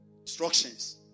Instructions